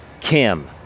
Kim